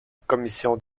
commission